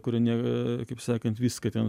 kuri ne kaip sakant viską ten